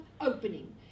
opening